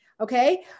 okay